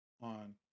on